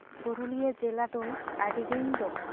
ᱯᱩᱨᱩᱞᱤᱭᱟᱹ ᱡᱮᱞᱟ ᱫᱚ ᱟᱹᱰᱤ ᱫᱤᱱ ᱫᱚ